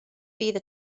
fydd